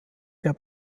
der